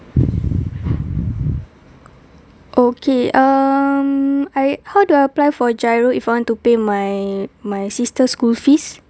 okay um I how do I apply for GIRO if want to pay my my sister's school fees